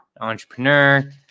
entrepreneur